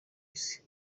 isi